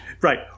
Right